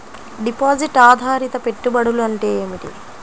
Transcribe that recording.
Deposit ఆధారిత పెట్టుబడులు అంటే ఏమిటి?